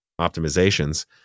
optimizations